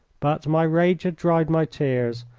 but my rage had dried my tears.